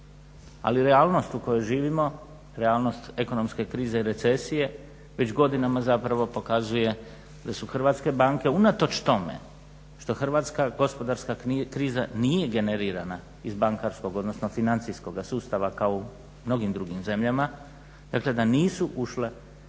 Ali realnost u kojoj živimo, realnost ekonomske krize i recesije već godinama zapravo pokazuje da su hrvatske banke unatoč tome što hrvatska gospodarska kriza nije generirana iz bankarskog, odnosno financijskog sustava kao u mnogim drugim zemljama, dakle da nisu ušle